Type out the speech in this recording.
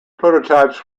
prototypes